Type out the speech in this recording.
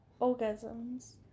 Orgasms